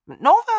Nova